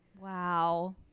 Wow